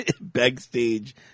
backstage